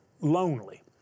lonely